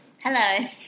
Hello